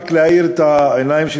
רק להאיר את העיניים,